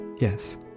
yes